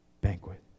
banquet